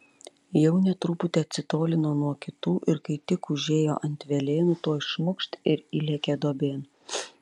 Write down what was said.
jaunė truputį atsitolino nuo kitų ir kai tik užėjo ant velėnų tuoj šmukšt ir įlėkė duobėn